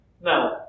no